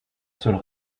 seule